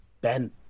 Ben